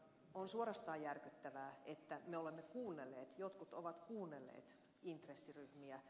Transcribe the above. on suorastaan järkyttävää että me olemme kuunnelleet jotkut ovat kuunnelleet intressiryhmiä